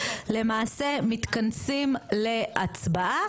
למעשה מתכנסים להצבעה.